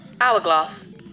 Hourglass